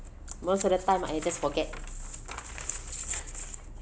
most of the time I just forget